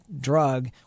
drug